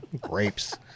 grapes